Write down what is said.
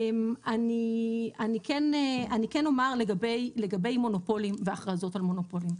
אני כן אומר לגבי מונופולים והכרזות על מונופולים.